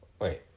Wait